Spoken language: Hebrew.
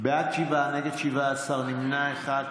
בעד, שבעה, נגד, 17, נמנע אחד.